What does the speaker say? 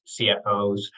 CFOs